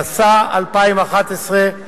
התשע"א 2011,